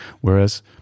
Whereas